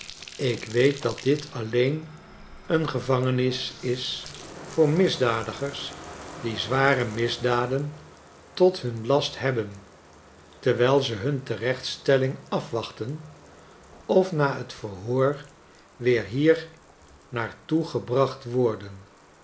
ik weet dat dit alleen een gevangenis is voor misdadigers die zware misdaden tot nun last hebben terwijl ze nun terechtsteliing afwachten of na t verhoor weer hier naar toe gebracht worden